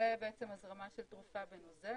זה בעצם הזרמה של תרופה בנוזל,